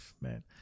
man